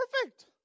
perfect